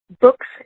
books